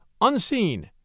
Unseen